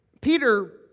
Peter